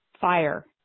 fire